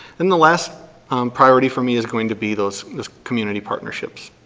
then the last priority for me is going to be those community partnerships.